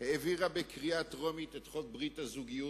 העבירה בקריאה ראשונה את חוק ברית הזוגיות,